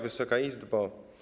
Wysoka Izbo!